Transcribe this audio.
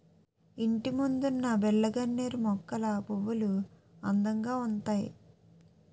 ఇంటిముందున్న బిల్లగన్నేరు మొక్కల పువ్వులు అందంగా ఉంతాయి